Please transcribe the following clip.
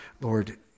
Lord